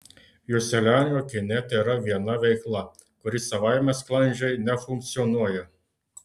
joselianio kine tėra viena veikla kuri savaime sklandžiai nefunkcionuoja